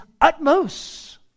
utmost